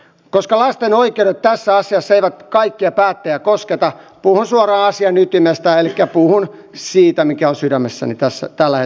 koska lasten oikeudet tässä asiassa eivät kaikkia päättäjiä kosketa puhun suoraan asian ytimestä elikkä puhun siitä mikä on sydämessäni tällä hetkellä